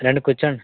రండి కూర్చోండి